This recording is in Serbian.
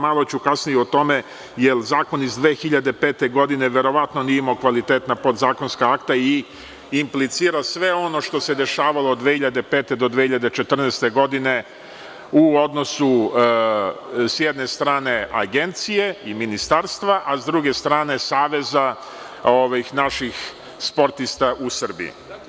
Malo ću kasnije o tome, jer zakon iz 2005. godine verovatno nije imao kvalitetna podzakonska akta i inplicira sve ono što se dešavalo od 2005. do 2014. godine u odnosu s jedne strane agencije i ministarstva, a s druge strane, Saveza naših sportista u Srbiji.